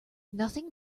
nothing